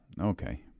Okay